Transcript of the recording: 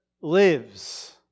lives